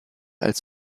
als